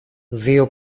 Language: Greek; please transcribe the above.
δυο